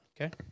okay